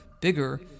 bigger